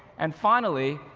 and, finally,